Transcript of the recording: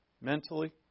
mentally